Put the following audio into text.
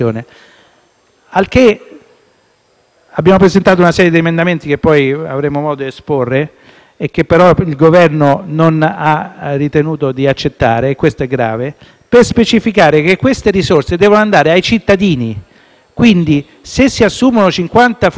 abbiamo presentato una serie di emendamenti, che poi avremo modo di esporre e che tuttavia il Governo non ha ritenuto di accettare (e questo è grave), per specificare che queste risorse devono andare ai cittadini, quindi, se si assumono 50 funzionari consolari in più per la rete,